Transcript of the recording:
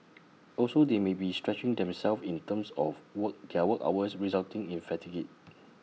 also they may be stretching themselves in terms of work their work hours resulting in fatigue